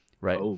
right